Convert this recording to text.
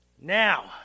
now